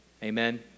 Amen